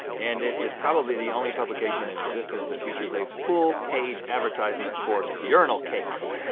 and it is probably the only publication in existence that features a full-page advertisement for urinal cakes.